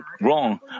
wrong